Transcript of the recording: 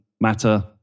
matter